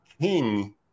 king